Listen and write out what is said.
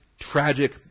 tragic